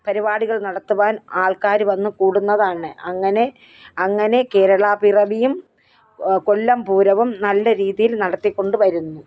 പരിപാടികൾ നടത്തുവാൻ ആൾക്കാര് വന്നു കൂടുന്നതാണ് അങ്ങനെ അങ്ങനെ കേരളാ പിറവിയും കൊല്ലം പൂരവും നല്ല രീതിയിൽ നടത്തിക്കൊണ്ടുവരുന്നു